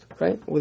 right